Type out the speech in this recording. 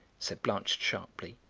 said blanche sharply,